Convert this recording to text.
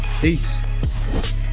peace